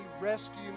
rescue